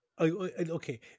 okay